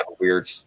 weird